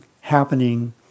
happening